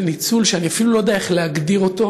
ניצול שאני אפילו לא יודע איך להגדיר אותו,